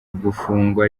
gufungwa